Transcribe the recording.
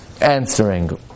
answering